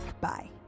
Bye